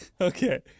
Okay